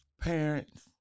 parents